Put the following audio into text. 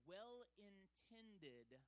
well-intended